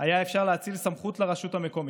היה אפשר להאציל סמכות לרשות המקומית,